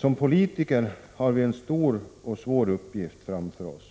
Som politiker har vi en stor och svår uppgift framför oss när det